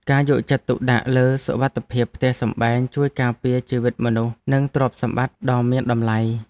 ការយកចិត្តទុកដាក់លើសុវត្ថិភាពផ្ទះសម្បែងជួយការពារជីវិតមនុស្សនិងទ្រព្យសម្បត្តិដ៏មានតម្លៃ។